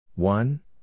One